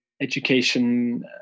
education